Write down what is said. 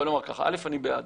בוא נאמר ככה: א' אני בעד,